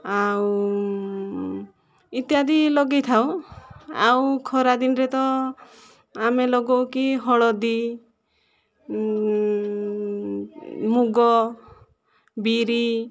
ଆଉ ଇତ୍ୟାଦି ଲଗାଇଥାଉ ଆଉ ଖରାଦିନେରେ ତ ଆମେ ଲଗାଉ କି ହଳଦୀ ମୁଗ ବିରି